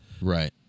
right